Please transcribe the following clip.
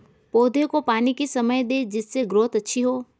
पौधे को पानी किस समय दें जिससे ग्रोथ अच्छी हो?